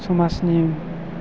समाजनि